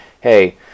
hey